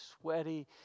sweaty